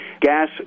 gas